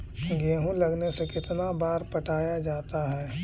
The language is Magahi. गेहूं लगने से कितना बार पटाया जाता है?